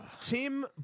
Tim